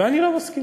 ואני לא מסכים.